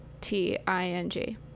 T-I-N-G